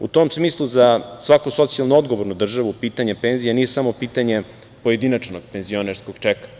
U tom smislu za svaku socijalno odgovornu državu pitanje penzija nije samo pitanje pojedinačnog penzionerskog čeka.